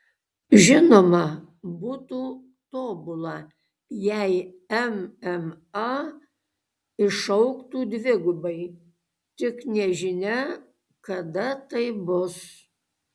žinoma būtų tobula jei mma išaugtų dvigubai tik nežinia kada tai bus